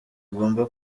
agomba